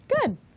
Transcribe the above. good